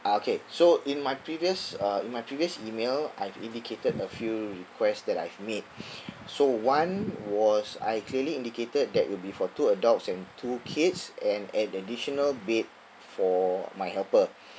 uh okay so in my previous uh in my previous email I've indicated a few requests that I've made so one was I clearly indicated that will be for two adults and two kids and an additional bed for my helper